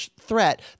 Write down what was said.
threat